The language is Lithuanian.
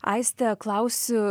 aiste klausiu